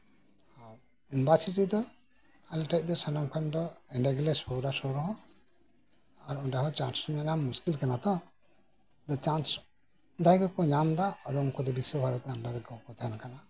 university ᱫᱚ ᱥᱟᱱᱟᱢ ᱠᱷᱚᱱᱜᱮ ᱥᱩᱨ ᱦᱚᱞᱮ ᱥᱩᱨ ᱜᱮᱭᱟ ᱱᱚᱰᱮ ᱠᱷᱚᱱ ᱫᱚ ᱟᱨ ᱚᱸᱰᱮ ᱦᱚᱸ ᱪᱟᱱᱥ ᱧᱟᱢ ᱛᱚ ᱢᱩᱥᱠᱤᱞ ᱠᱟᱱᱟ ᱛᱚ ᱪᱟᱱᱥ ᱡᱟᱦᱟᱸᱭ ᱜᱮᱠᱚ ᱧᱟᱢ ᱫᱟ ᱩᱱᱠᱩᱫᱚ ᱵᱤᱥᱥᱚ ᱵᱷᱟᱨᱚᱛᱤ ᱟᱱᱰᱟᱨ ᱨᱮᱠᱚ ᱛᱟᱦᱮᱱ ᱠᱟᱱᱟ